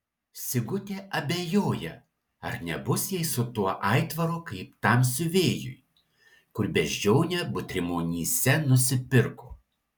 sigutė abejoja ar nebus jai su tuo aitvaru kaip tam siuvėjui kur beždžionę butrimonyse nusipirko